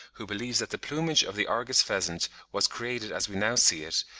who believes that the plumage of the argus pheasant was created as we now see it,